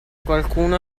qualcuno